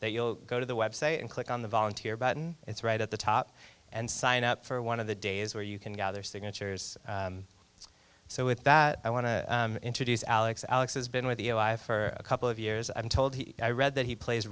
that you'll go to the web site and click on the volunteer button it's right at the top and sign up for one of the days where you can gather signatures so with that i want to introduce alex alex has been with her a couple of years i'm told he i read that he plays